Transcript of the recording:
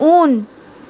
उन